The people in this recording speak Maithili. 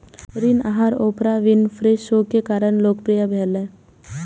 ऋण आहार ओपरा विनफ्रे शो के कारण लोकप्रिय भेलै